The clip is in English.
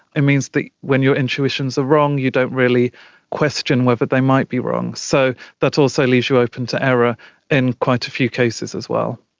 it means when your intuitions are wrong you don't really question whether they might be wrong. so that also leaves you open to error in quite a few cases as well.